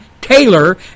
Taylor